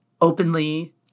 openly